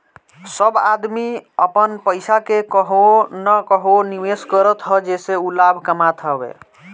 सब आदमी अपन पईसा के कहवो न कहवो निवेश करत हअ जेसे उ लाभ कमात हवे